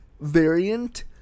variant